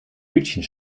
hütchen